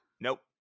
Nope